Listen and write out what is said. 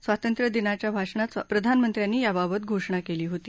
स्वातंत्र्य दिनाच्या भाषणात प्रधानमंत्र्यांनी याबाबत घोषणा केली होती